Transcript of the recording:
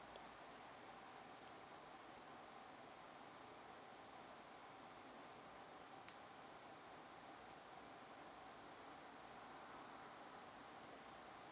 uh